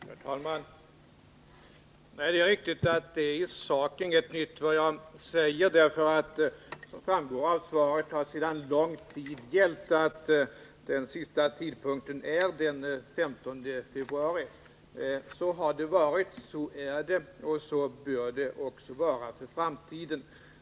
Herr talman! Det är riktigt att vad jag säger i sak inte är någonting nytt. Det framgår också av svaret att det sedan lång tid gällt att den sista tidpunkten för avlämnandet är den 15 februari. Så har det varit, så är det och så bör det vara också i framtiden.